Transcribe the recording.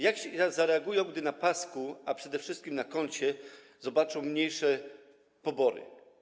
Jak zareagują, gdy na pasku, a przede wszystkim na koncie zobaczą mniejsze pobory?